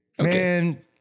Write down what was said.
Man